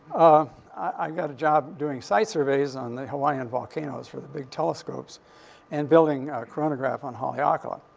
i got a job doing site surveys on the hawaiian volcanoes for the big telescopes and building a chronograph on haleakala.